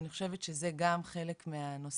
אני חושבת שזה גם חלק מהנושא.